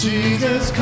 Jesus